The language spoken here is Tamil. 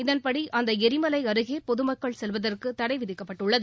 இதன்படி அந்த எரிமலை அருகே பொதுமக்கள் செல்வதற்கு தடை விதிக்கப்பட்டுள்ளது